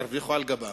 ירוויחו על גבם.